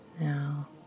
Now